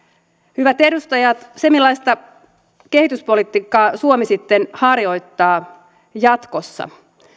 hyvät edustajat millaista kehityspolitiikkaa suomi sitten harjoittaa jatkossa